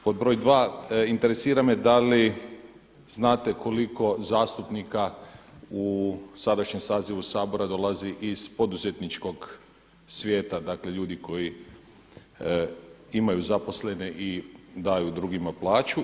Pod broj dva, interesira me da li znate koliko zastupnika u sadašnjem sazivu Sabora dolazi iz poduzetničkog svijeta, dakle ljudi koji imaju zaposlene i daju drugima plaću?